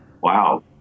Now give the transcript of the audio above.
wow